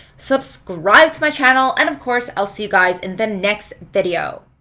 subscribe to my channel. and of course, i'll see you guys in the next video.